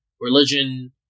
religion